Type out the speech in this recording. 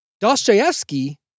Dostoevsky